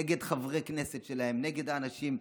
נגד חברי כנסת שלהם, נגד האנשים.